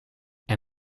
and